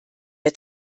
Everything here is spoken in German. der